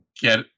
get